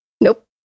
Nope